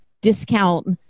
discount